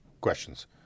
questions